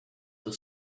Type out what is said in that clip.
the